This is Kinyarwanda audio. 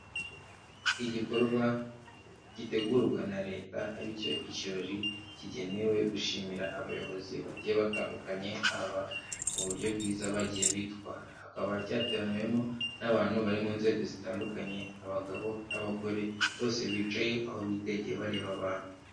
Igikorwa gitegurwa na leta aricyo ikirori kigenewe gushimira abayobozi bagiye batandukanye, haba mu buryo bwiza bagiye bitwara, hakaba cyateraniwemo n'abantu bari mu nzego zitandukanye , abagabo n'abagore bose bicaye aho bitegetegeye bareba abantu.